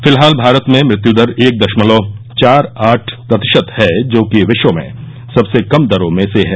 फिलहाल भारत में मृत्य दर एक दशमलव चार आठ प्रतिशत है जो कि विश्व में सबसे कम दरों में से है